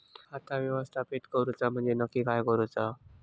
खाता व्यवस्थापित करूचा म्हणजे नक्की काय करूचा?